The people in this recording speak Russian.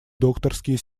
докторские